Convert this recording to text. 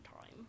time